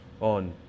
on